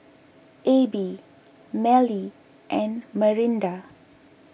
Abie Mallie and Marinda